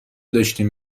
داشتیم